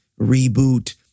reboot